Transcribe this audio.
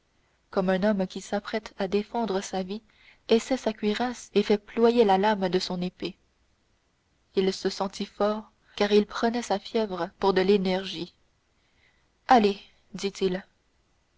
comme un homme qui s'apprête à défendre sa vie essaie sa cuirasse et fait ployer la lame de son épée il se sentit fort car il prenait sa fièvre pour de l'énergie allez dit-il